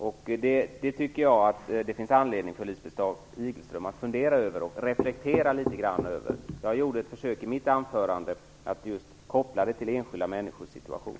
Detta tycker jag att det finns anledning för Lisbeth Staaf-Igelström att fundera och reflektera litet grand över. Jag gjorde ett försök i mitt anförande att just koppla förslaget till enskilda människors situation.